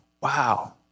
Wow